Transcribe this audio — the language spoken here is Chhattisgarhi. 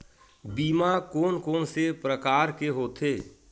बीमा कोन कोन से प्रकार के होथे?